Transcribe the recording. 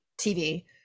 TV